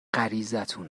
غریزتون